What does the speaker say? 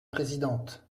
présidente